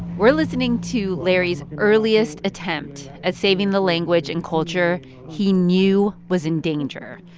we're listening to larry's earliest attempt at saving the language and culture he knew was in danger,